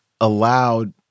allowed